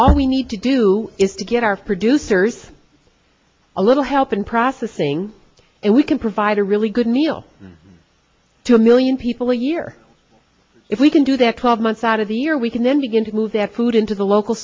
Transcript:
we need to do is to get our producers a little help in processing and we can provide a really good meal to a million people a year if we can do that twelve months out of the year we can then begin to move that food into the local